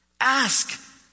Ask